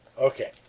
Okay